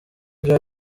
bya